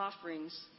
offerings